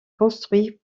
construit